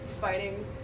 Fighting